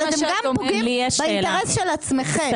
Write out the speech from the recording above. אבל אתם גם פוגעים באינטרס של עצמכם.